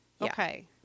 Okay